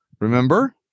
Remember